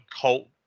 cult